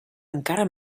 encara